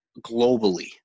globally